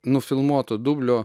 nufilmuoto dublio